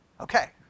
Okay